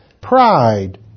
Pride